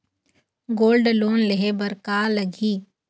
Gold loan लेहे बर का लगही?